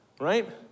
right